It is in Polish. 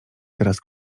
teraz